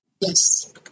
Yes